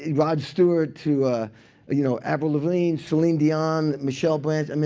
rod stewart to ah you know avril lavigne, celine dion, michelle branch. i mean